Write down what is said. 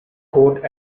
coat